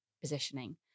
positioning